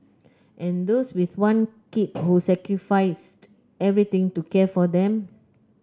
and those with one kid who sacrificed everything to care for them